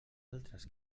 altres